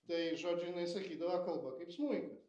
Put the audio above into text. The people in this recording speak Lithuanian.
tai žodžiu jinai sakydavo kalba kaip smuikas